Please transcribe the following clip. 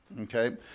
Okay